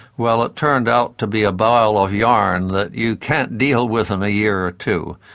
well it turned out to be a ball of yarn that you can't deal with in a year or two.